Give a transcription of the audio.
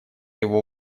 его